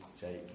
take